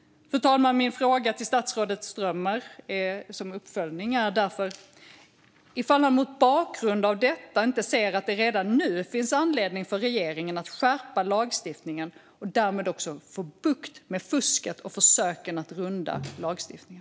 Fru talman! Min uppföljande fråga till statsrådet Strömmer är därför: Ser han mot bakgrund av detta inte att det redan nu finns anledning för regeringen att skärpa lagstiftningen och därmed också få bukt med fusket och försöken att runda lagstiftningen?